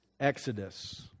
exodus